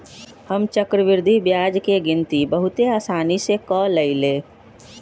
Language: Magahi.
हम चक्रवृद्धि ब्याज के गिनति बहुते असानी से क लेईले